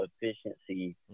efficiency